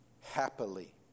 happily